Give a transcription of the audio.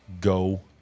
Go